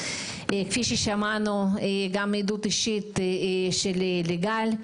כפי ששמענו גם עדות אישית של ליגל.